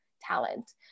talent